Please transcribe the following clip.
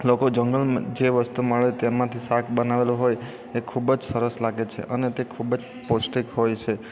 લોકો જંગલમાં જે વસ્તુ મળે તેમાંથી શાક બનાવેલું હોય તે ખૂબ જ સરસ લાગે છે અને તે ખૂબ જ પૌષ્ટિક હોય છે